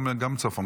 גם לצפון,